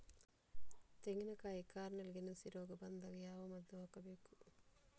ತೆಂಗಿನ ಕಾಯಿ ಕಾರ್ನೆಲ್ಗೆ ನುಸಿ ರೋಗ ಬಂದಾಗ ಯಾವ ಮದ್ದು ಹಾಕಬೇಕು?